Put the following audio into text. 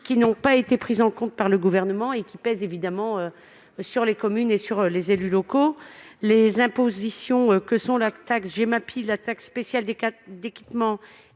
qui n'ont pas été prises en compte par le Gouvernement et qui pèsent évidemment sur les communes et sur les élus locaux. Les impositions que sont la taxe Gemapi, la taxe spéciale d'équipement